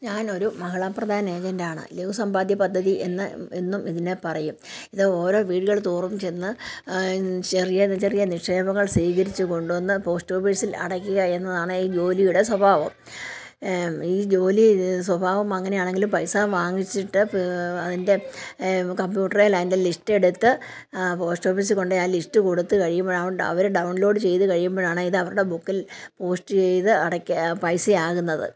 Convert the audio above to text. ഞാൻ ഒരു മഹിളാ പ്രധാനി ഏജൻറ്റാണ് ലഘു സമ്പാദ്യ പദ്ധതി എന്ന് എന്നും ഇതിനെ പറയും ഇത് ഓരോ വീടുകൾ തോറും ചെന്ന് ചെറിയ ചെറിയ നിക്ഷേപങ്ങൾ സ്വീകരിച്ച് കൊണ്ട് വന്ന് പോസ്റ്റ് ഓഫീസിൽ അടക്കുക എന്നതാണ് ഈ ജോലിയുടെ സ്വഭാവം ഈ ജോലി സ്വഭാവം അങ്ങനെയാണെങ്കിലും പൈസ വാങ്ങിച്ചിട്ട് അതിൻ്റെ കമ്പ്യൂട്ടറിൽ അതിൻ്റെ ലിസ്റ്റ് എടുത്ത് പോസ്റ്റ് ഓഫീസിൽ കൊണ്ട് പോയി ആ ലിസ്റ്റ് കൊടുത്ത് കഴിയുമ്പോൾ അവർ ഡൗൺ ലോഡ് ചെയ്ത് കഴിയുമ്പോഴാണ് ഇത് അവരുടെ ബുക്കിൽ പോസ്റ്റ് ചെയ്ത അടയ്ക്ക പൈസ ആകുന്നത്